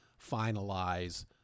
finalize